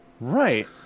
Right